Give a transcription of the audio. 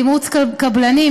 תמרוץ הקבלנים,